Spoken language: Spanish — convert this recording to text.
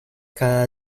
cada